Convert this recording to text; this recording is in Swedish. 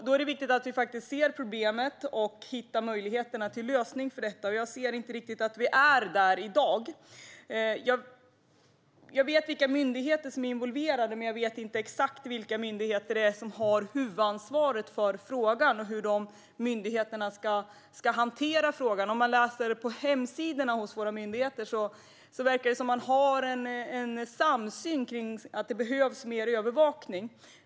Då är det viktigt att vi faktiskt ser problemet och hittar möjligheter till en lösning av detta. Men jag ser inte riktigt att vi är där i dag. Jag vet vilka myndigheter som är involverade, men jag vet inte exakt vilka myndigheter det är som har huvudansvaret för frågan och hur dessa myndigheter ska hantera frågan. Om man läser på våra myndigheters hemsidor verkar det som att man har en samsyn om att det behövs mer övervakning.